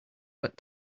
but